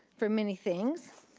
for many things,